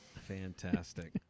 Fantastic